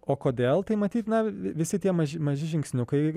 o kodėl tai matyt na visi tie maži maži žingsniukai